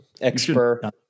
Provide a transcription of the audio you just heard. Expert